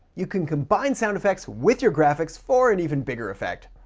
you can combine sound effects with your graphics for an even bigger effect.